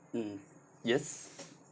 mm yes